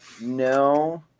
No